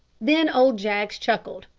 then old jaggs chuckled.